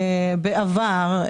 בעבר,